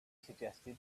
suggested